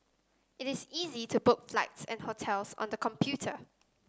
it is easy to book flights and hotels on the computer